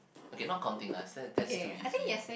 okay not counting us that that's too easy